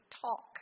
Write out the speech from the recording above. talk